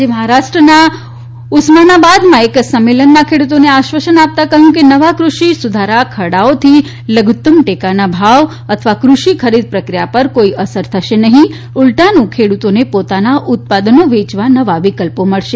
આજે મહારાષ્ટ્રના ઉસ્માનાબાદમાં એક સંમેલનમાં ખેડુતોને આશ્વાસન આપતા કહયું કે નવા કૃષિ સુધારા ખરડાઓથી લધુતમ ટેકાના ભાવ અથવા કૃષિ ખરીદ પ્રક્રિયા પર કોઇ અસર થશે નહી ઉલટાનું ખેડુતોને પોતાના ઉત્પાદનો વેયવા નવા વિકલ્પો મળશે